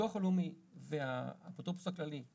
הביטוח הלאומי והאפוטרופוס הכללי,